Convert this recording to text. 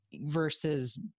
versus